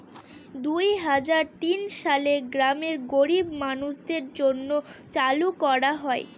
দুই হাজার তিন সালে গ্রামের গরীব মানুষদের জন্য চালু করা হয়